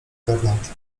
bernard